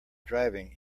driving